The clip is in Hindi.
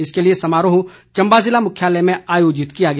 इसके लिए समारोह चम्बा जिला मुख्यालय में आयोजित किया गया